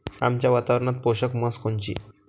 आमच्या वातावरनात पोषक म्हस कोनची?